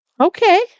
Okay